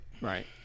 Right